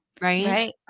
Right